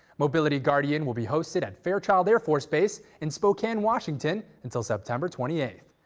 mobility guardian will be hosted at fairchild air force base in spokane, washington until september twenty eighth.